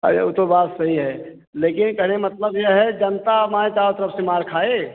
अरे वह तो बात सही है लेकिन यह कहने का मतलब यह है जनता हमारी चारों तरफ से मार खाएं